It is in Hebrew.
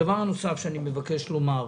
דבר נוסף שאני מבקש לומר,